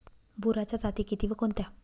बोराच्या जाती किती व कोणत्या?